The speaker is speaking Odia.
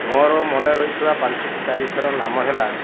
ମୋର ମନେରହିଥିବା ପାଞ୍ଚୋଟି ତାରିଖର ନାମ ହେଲା